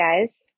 guys